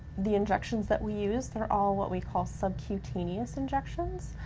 the injections that we use, they're all what we call subcutaneous injections,